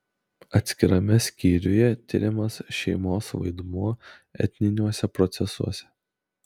atskirame skyriuje tiriamas šeimos vaidmuo etniniuose procesuose